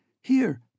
Here